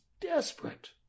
desperate